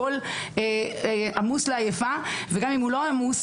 הכול עמוס לעייפה וגם אם הוא לא עמוס,